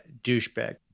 douchebag